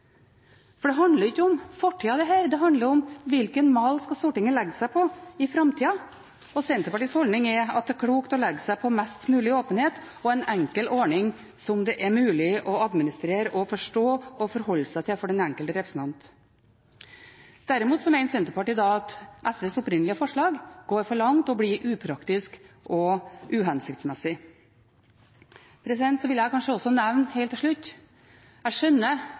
for dette handler ikke om fortida, det handler om hvilken mal Stortinget skal legge seg på i framtida. Og Senterpartiets holdning er at det er klokt å legge seg på mest mulig åpenhet og en enkel ordning som det er mulig å administrere og forstå og forholde seg til for den enkelte representant. Derimot mener Senterpartiet at SVs opprinnelige forslag går for langt og blir upraktisk og uhensiktsmessig. Så vil jeg også nevne, helt til slutt: Jeg skjønner